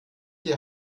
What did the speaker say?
ihr